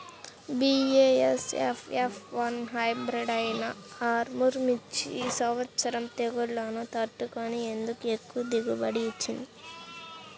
BASF F one hybrid అయినా ఆర్ముర్ మిర్చి ఈ సంవత్సరం తెగుళ్లును తట్టుకొని ఎందుకు ఎక్కువ దిగుబడి ఇచ్చింది?